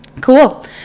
cool